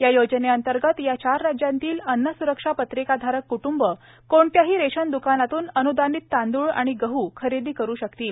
या योजनेअंतर्गत या चार राज्यांतील अन्रसुरक्षा पत्रिकाधारक कुटुंबं कोणत्याही रेशन दुकानातून अनुदानित तांदूळ आणि गहू खरेदी करू शकतील